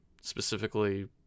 Specifically